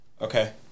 Okay